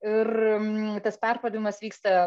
ir tas perpardavimas vyksta